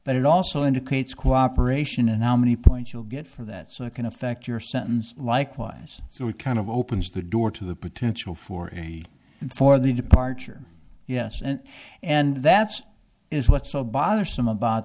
but it also indicates cooperation and how many points you'll get for that so it can affect your sentence likewise so it kind of opens the door to the potential for it and for the departure yes and and that's is what's so bothersome about